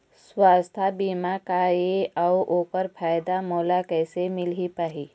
सुवास्थ बीमा का ए अउ ओकर फायदा मोला कैसे मिल पाही?